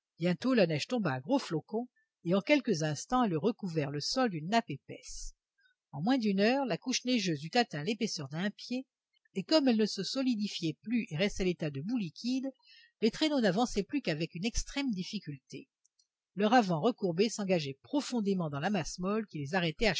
bientôt la neige tomba à gros flocons et en quelques instants elle eut recouvert le sol d'une nappe épaisse en moins d'une heure la couche neigeuse eut atteint l'épaisseur d'un pied et comme elle ne se solidifiait plus et restait à l'état de boue liquide les traîneaux n'avançaient plus qu'avec une extrême difficulté leur avant recourbé s'engageait profondément dans la masse molle qui les arrêtait